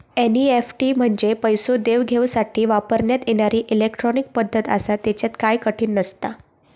NEFT म्हंजे पैसो देवघेवसाठी वापरण्यात येणारी इलेट्रॉनिक पद्धत आसा, त्येच्यात काय कठीण नसता